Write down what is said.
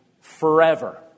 forever